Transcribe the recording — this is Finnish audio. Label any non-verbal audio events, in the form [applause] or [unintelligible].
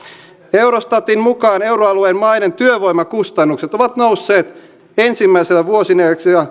eurostatin mukaan euroalueen maiden työvoimakustannukset ovat nousseet ensimmäisellä vuosineljänneksellä [unintelligible]